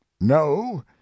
no